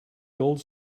gold